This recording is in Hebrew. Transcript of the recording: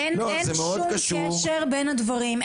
אין שום קשר בין הדברים.